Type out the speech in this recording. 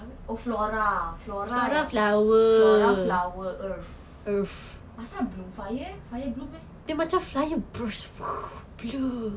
oh flora flora yang flower earth asal bloom fire eh fire bloom meh